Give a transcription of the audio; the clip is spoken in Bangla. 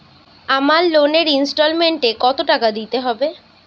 আমার লোনের ইনস্টলমেন্টৈ কত টাকা দিতে হবে?